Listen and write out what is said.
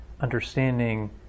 understanding